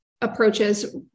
approaches